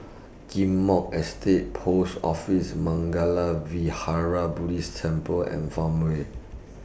Ghim Moh Estate Post Office Mangala Vihara Buddhist Temple and Farmway